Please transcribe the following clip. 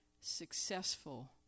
successful